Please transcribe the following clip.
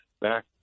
back